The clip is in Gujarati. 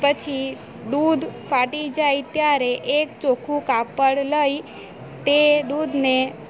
પછી દૂધ ફાટી જાય ત્યારે એક ચોખ્ખું કાપડ લઈ તે દૂધને